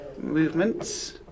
movements